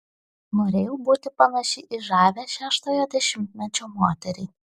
norėjau būti panaši į žavią šeštojo dešimtmečio moterį